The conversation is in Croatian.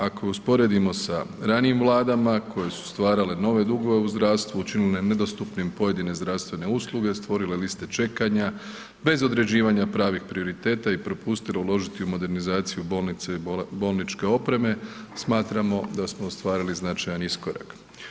Ako je usporedimo sa ranijim Vladama koje su stvarale nove dugove u zdravstvu, učinile nedostupnim pojedine zdravstvene usluge, stvorile liste čekanja bez određivanja pravih prioriteta i propustile uložiti u modernizaciju bolnica i bolničke opreme, smatramo da smo ostvarili značajan iskorak.